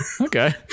okay